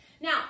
Now